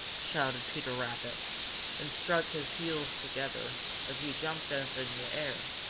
shouted peter rabbit and struck his heels together as he jumped up in the air.